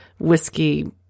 whiskey